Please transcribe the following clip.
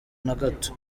nagato